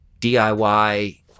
DIY